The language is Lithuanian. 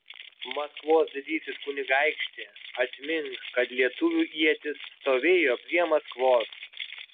maskvos didysis kunigaikšti atmink kad lietuvių ietis stovėjo prie maskvos